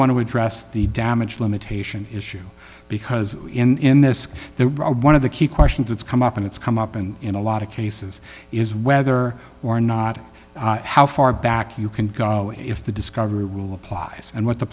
want to address the damage limitation issue because in this case there were one of the key questions that's come up and it's come up and in a lot of cases is whether or not how far back you can go if the discovery rule applies and what the